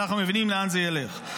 אנחנו מבינים לאן זה ילך,